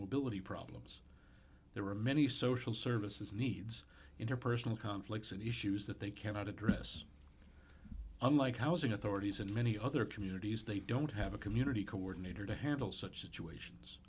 mobility problems there are many social services needs interpersonal conflicts and issues that they cannot address unlike housing authorities and many other communities they don't have a community coordinator to handle such situations